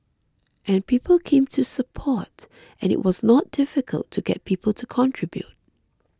and people came to support and it was not difficult to get people to contribute